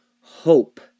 hope